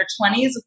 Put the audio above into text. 20s